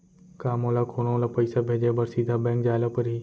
का मोला कोनो ल पइसा भेजे बर सीधा बैंक जाय ला परही?